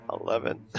Eleven